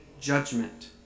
judgment